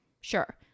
sure